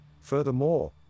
Furthermore